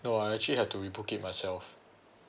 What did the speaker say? no I actually have to rebook it myself